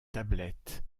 tablettes